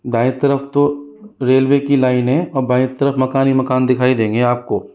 दायें तरफ तो रेलवे की लाइन है और बायें तरफ मकान ही मकान दिखाई देंगे आपको